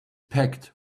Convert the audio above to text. packed